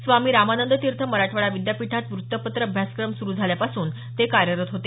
स्वामी रामानंद तीर्थ मराठवाडा विद्यापीठात वृतपत्र अभ्यासक्रम सुरू झाल्यापासून ते कार्यरत होते